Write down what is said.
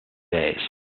days